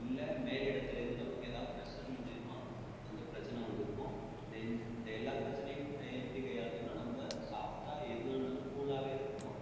இல்லை மேலிடத்துலேந்து நமக்கு எதாவது ப்ரெஷர் மூலயுமாக அந்த பிரச்சனை வந்துருக்கும் லெந்த் இந்த எல்லா பிரச்சனையும் ஏ எப்படி கையாள்றதுன்னா நம்ப சாஃப்டாக எது நடந்தாலும் கூலாகவே இருக்கணும்